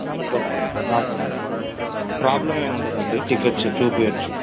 రేపు ప్రొద్దున ప్రాబ్లమ్ ఏమి ఉండదు అండి టికెట్స్ చూపించచ్చు